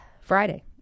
Friday